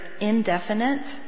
indefinite